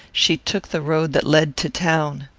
she took the road that led to town.